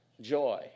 joy